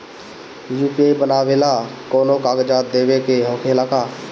UPI बनावेला कौनो कागजात देवे के होखेला का?